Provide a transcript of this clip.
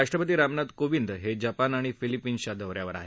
राष्ट्रपती रामनाथ कोविंद हे जपान आणि फिलिपीन्सच्या दौऱ्यावर आहेत